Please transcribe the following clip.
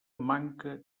manca